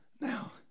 Now